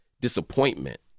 disappointment